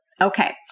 Okay